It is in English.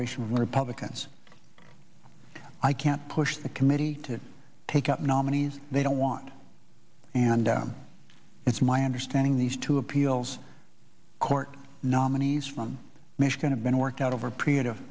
n republicans i can't push the committee to take up nominees they don't want and it's my understanding these two appeals court nominees from michigan have been worked out over a period of